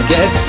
Get